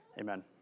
Amen